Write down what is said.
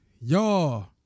Y'all